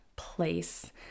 place